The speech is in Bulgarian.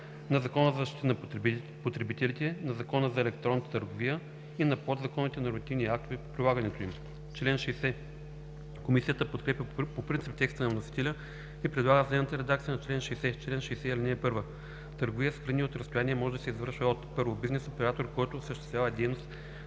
за защита на потребителите, на Закона за електронната търговия и на подзаконовите нормативни актове по прилагането им.“ Комисията подкрепя по принцип текста на вносителя и предлага следната редакция на чл. 60: „Чл. 60. (1) Търговия с храни от разстояние може да се извършва от: 1. бизнес оператор, който осъществява дейност